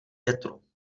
větru